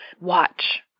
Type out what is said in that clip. watch